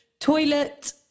toilet